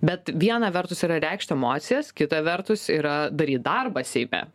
bet viena vertus yra reikšti emocijas kita vertus yra daryt darbą seime